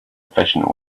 efficient